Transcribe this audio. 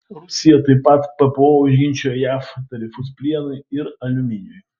rusija taip pat ppo užginčijo jav tarifus plienui ir aliuminiui